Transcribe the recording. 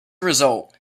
result